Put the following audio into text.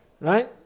right